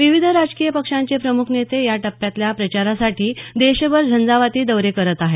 विविध राजकीय पक्षांचे प्रमुख नेते या टप्प्यातल्या प्रचारासाठी देशभर झंझावती दौरे करत आहेत